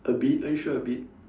a bit are you sure a bit